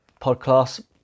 podcast